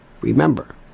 remember